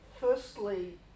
Firstly